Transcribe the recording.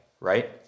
right